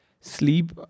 Sleep